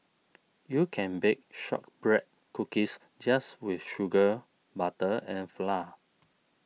you can bake Shortbread Cookies just with sugar butter and flour